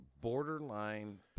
borderline